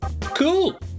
Cool